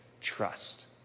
trust